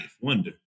wonder